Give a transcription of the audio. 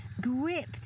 gripped